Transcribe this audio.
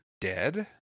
dead